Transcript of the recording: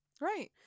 Right